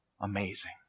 amazing